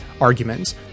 arguments